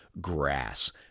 grass